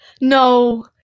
No